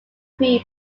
pre